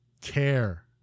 care